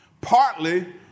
Partly